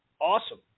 awesome